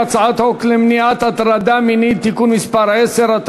הצעת חוק הקולנוע (הוראת שעה) (תיקון מס' 2),